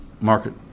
market